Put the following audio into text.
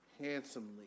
handsomely